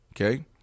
Okay